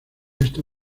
esta